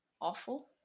awful